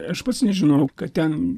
aš pats nežinojau kad ten